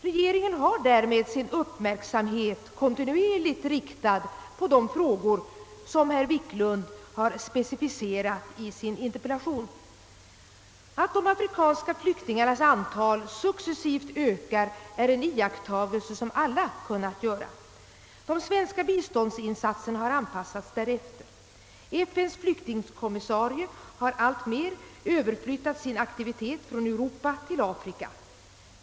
Regeringen har därmed sin uppmärksamhet kontinuerligt riktad på de frågor som herr Wiklund specificerat i sin interpellation. Att de afrikanska flyktingarnas antal successivt ökar är en iakttagelse som alla kunnat göra. De svenska biståndsinsatserna har anpassats därefter. FN:s flyktingkommissarie har alltmer överflyttat sin aktivitet från Europa till Afrika.